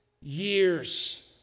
years